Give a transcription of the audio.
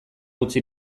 utzi